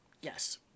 yes